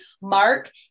Mark